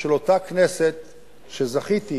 של אותה כנסת שזכיתי,